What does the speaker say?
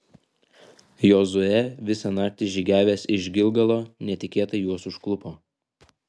jozuė visą naktį žygiavęs iš gilgalo netikėtai juos užklupo